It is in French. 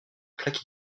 plaque